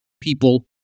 people